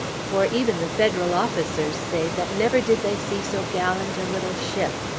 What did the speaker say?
for even the federal officers say that never did they see so gallant a little ship,